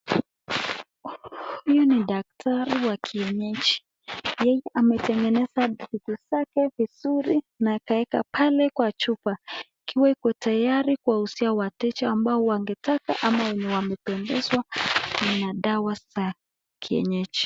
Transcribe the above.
Huyu ni daktari wa kienyeji. Yeye ametengeneza vitu zake vizuri na akaweka pale kwa chupa ikiwa iko tayari kuuzia wateja ambao wangetaka ama ni wamependezwa na dawa za kienyeji.